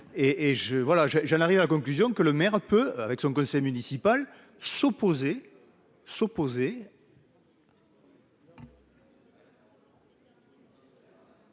et j'en suis arrivé à la conclusion que le maire peut, avec son conseil municipal, s'opposer